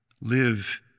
live